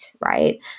right